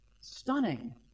Stunning